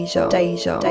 Deja